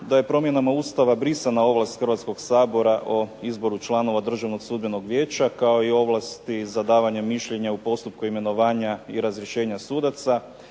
da je promjenama Ustava brisana ovlast Hrvatskog sabora o izboru članova Državnog sudbenog vijeća kao i ovlasti za davanje mišljenja u postupku imenovanja i razrješenja sudaca.